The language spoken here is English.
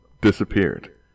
disappeared